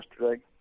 yesterday